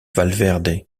valverde